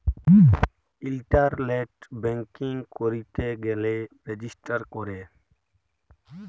ইলটারলেট banking ক্যইরতে গ্যালে register ক্যরে